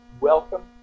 welcome